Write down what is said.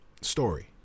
story